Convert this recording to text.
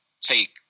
take